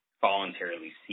voluntarily